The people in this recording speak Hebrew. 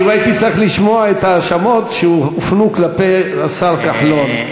אם הייתי צריך לשמוע את ההאשמות שהופנו כלפי השר כחלון,